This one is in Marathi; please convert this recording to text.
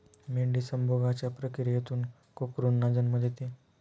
मेंढी संभोगाच्या प्रक्रियेतून कोकरूंना जन्म देते